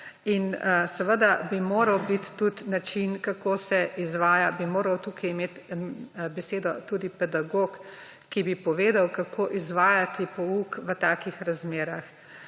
Seveda bi moral biti tudi način, kako se izvaja, zato bi moral tukaj imeti besedo tudi pedagog, ki bi povedal, kako izvajati pouk v takih razmerah.